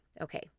okay